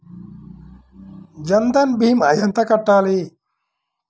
జన్ధన్ భీమా ఎంత కట్టాలి?